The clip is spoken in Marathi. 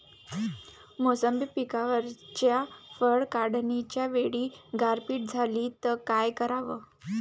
मोसंबी पिकावरच्या फळं काढनीच्या वेळी गारपीट झाली त काय कराव?